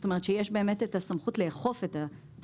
זאת אומרת, שיש באמת את הסמכות לאכוף את התשלום.